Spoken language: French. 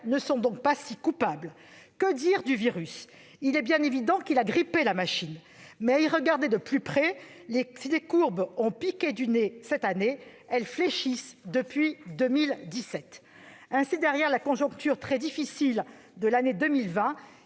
ne sont donc pas si coupables ... Que dire du virus ? Il est bien évident qu'il a grippé la machine, mais à y regarder de plus près, si les courbes ont piqué du nez en 2020, elles fléchissent depuis 2017. Ainsi, derrière la conjoncture très difficile de l'année 2020,